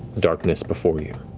darkness before you.